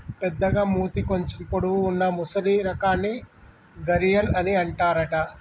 పెద్దగ మూతి కొంచెం పొడవు వున్నా మొసలి రకాన్ని గరియాల్ అని అంటారట